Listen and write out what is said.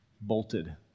bolted